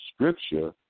Scripture